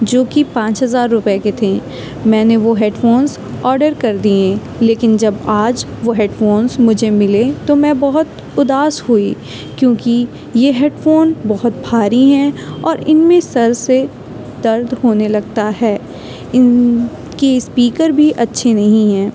جو کہ پانچ ہزار روپے کے تھے میں نے وہ ہیڈ فونس آرڈر کر دیے لیکن جب آج وہ ہیڈ فونس مجھے ملے تو میں بہت اداس ہوئی کیونکہ یہ ہیڈ فون بہت بھاری ہیں اور ان میں سر سے درد ہونے لگتا ہے ان کی اسپیکر بھی اچھی نہیں ہیں